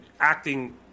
acting